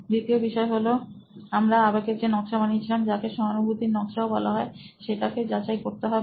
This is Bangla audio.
দ্বিতীয় বিষয় হলো আমরা আবেগের যে নকশা বানিয়েছিলাম যাকে সহানুভূতি নকশাও বলা হয় সেটাকেও যাচাই করতে হবে